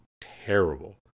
Terrible